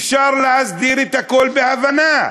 אפשר להסדיר את הכול בהבנה.